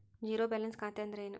Zero balance ಖಾತೆ ಅಂದ್ರೆ ಏನು?